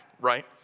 right